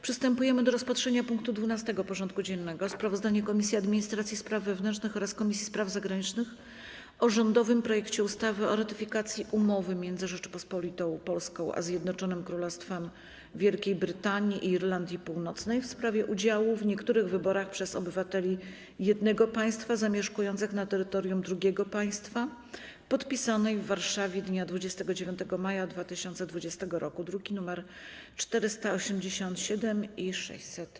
Przystępujemy do rozpatrzenia punktu 12. porządku dziennego: Sprawozdanie Komisji Administracji i Spraw Wewnętrznych oraz Komisji Spraw Zagranicznych o rządowym projekcie ustawy o ratyfikacji Umowy między Rzecząpospolitą Polską a Zjednoczonym Królestwem Wielkiej Brytanii i Irlandii Północnej w sprawie udziału w niektórych wyborach przez obywateli jednego Państwa zamieszkujących na terytorium drugiego Państwa, podpisanej w Warszawie dnia 29 maja 2020 r. (druki nr 487 i 600)